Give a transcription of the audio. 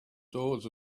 doors